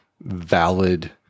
valid